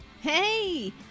Hey